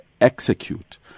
execute